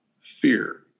fear